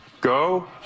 go